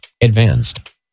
advanced